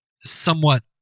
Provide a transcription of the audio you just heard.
somewhat